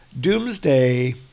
Doomsday